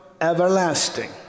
everlasting